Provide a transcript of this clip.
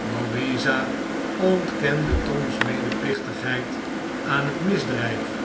louisa ontkende tom's medeplichtigheid aan het misdrijf